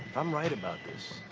i'm right about this,